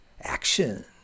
action